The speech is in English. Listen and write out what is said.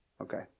Okay